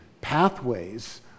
pathways